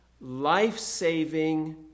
life-saving